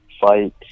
fight